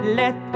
let